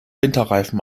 winterreifen